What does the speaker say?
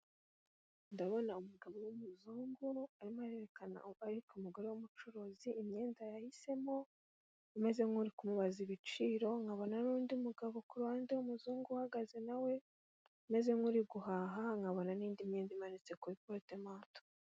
Ndabona umugabo w'umuzungu urimo arerekana wereka umugore w'umucuruzi imyenda yahisemo umeze nkuri kumubaza ibiciro, nkabona n'undi muzungu uhagaze nawe umeze nkuri guhaha nkabona n'indi myenda imanitse kuri porutemanto.